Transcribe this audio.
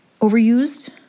overused